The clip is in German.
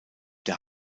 der